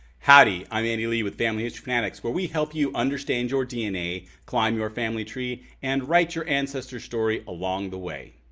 howdy i'm andy lee with family history fanatics where we help you understand your dna, climb your family tree, and write your ancestors story along the way.